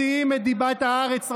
מוציאים את דיבת הארץ רעה,